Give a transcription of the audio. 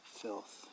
filth